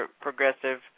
progressive